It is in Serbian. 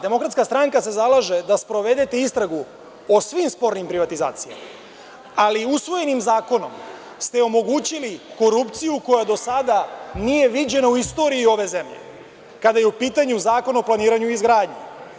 DS se zalaže da sprovedete istragu o svim spornim privatizacijama, ali usvojenim zakonom ste omogućili korupciju koja do sada nije viđena u istoriji ove zemlje, kada je u pitanju Zakon o planiranju i izgradnji.